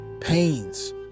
pains